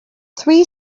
three